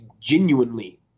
genuinely